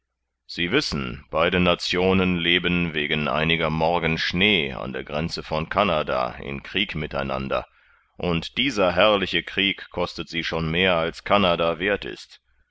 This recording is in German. sie wissen beide nationen leben wegen einiger morgen schnee an der grenze von canada in krieg mit einander und dieser herrliche krieg kostet sie schon mehr als canada werth ist